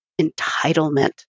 entitlement